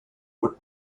would